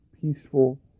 peaceful